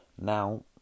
Now